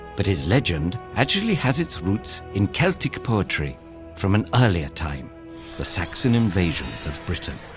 but his legend actually has its roots in celtic poetry from an earlier time the saxon invasions of britain.